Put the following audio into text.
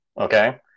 Okay